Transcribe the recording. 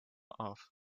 off